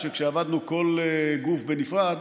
שכאשר עבדנו כל גוף בנפרד,